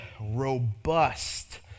robust